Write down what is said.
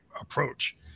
approach